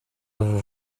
vous